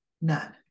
none